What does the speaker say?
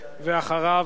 ואחריו,